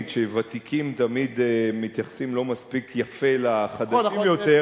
שוותיקים תמיד מתייחסים לא מספיק יפה לחדשים יותר,